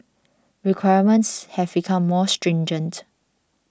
requirements have become more stringent